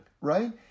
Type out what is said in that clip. right